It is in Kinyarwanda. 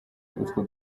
utwo